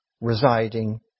residing